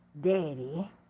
daddy